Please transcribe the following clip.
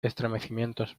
estremecimientos